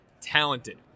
talented